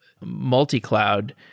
multi-cloud